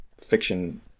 fiction